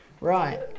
Right